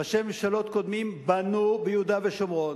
ראשי ממשלות קודמים בנו ביהודה ושומרון.